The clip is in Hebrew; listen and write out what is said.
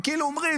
הם כאילו אומרים,